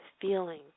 feeling